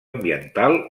ambiental